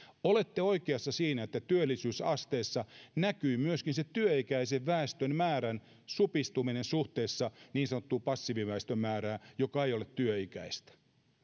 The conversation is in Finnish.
olette oikeassa siinä että työllisyysasteessa näkyy myöskin se työikäisen väestön määrän supistuminen suhteessa niin sanottuun passiiviväestön määrään joka ei ole työikäistä